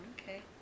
Okay